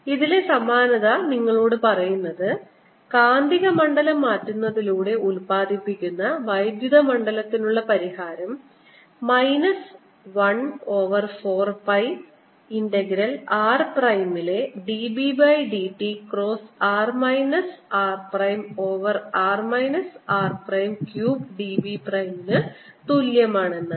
ഇതിലെ സമാനത നിങ്ങളോട് പറയുന്നത് കാന്തികമണ്ഡലം മാറ്റുന്നതിലൂടെ ഉൽപാദിപ്പിക്കുന്ന വൈദ്യുത മണ്ഡലത്തിനുള്ള പരിഹാരം minus 1 over 4 pi integral r പ്രൈമിലെ dB by dt cross r minus r prime over r minus r prime cube dB പ്രൈമിനു തുല്യമാണ്